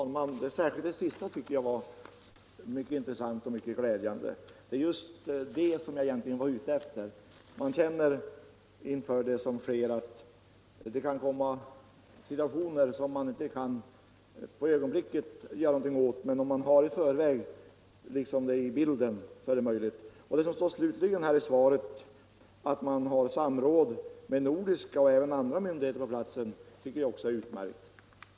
Herr talman! Utrikesministerns sista upplysning tyckte jag var mycket intressant och glädjande. Det var just detta jag egentligen var ute efter. Man känner inför det som sker att det kan komma situationer som det inte på ögonblicket går att göra något åt. Men om man i förväg tar med riskerna i beräkningen finns det en möjlighet att uträtta något. Det som slutligen nämns i svaret, att samråd om möjligt skall hållas med nordiska och även andra myndigheter på platsen, tycker jag också är utmärkt.